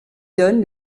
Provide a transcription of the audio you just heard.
donne